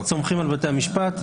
אנחנו סומכים על בתי המשפט.